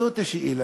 זאת השאלה.